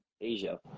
Asia